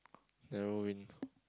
narrow in